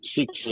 six